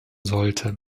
sollte